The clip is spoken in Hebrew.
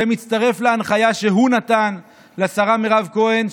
זה מצטרף להנחיה שהוא נתן לשרה מירב כהן,